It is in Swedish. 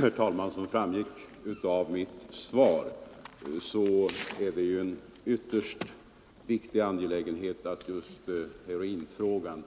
Herr talman! Som framgått av mitt svar är det en ytterst viktig angelägenhet att just heroinfrågan